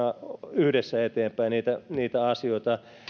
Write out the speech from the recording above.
yhdessä eteenpäin asioita